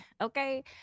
Okay